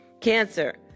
Cancer